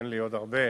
אין לי עוד הרבה,